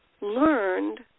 learned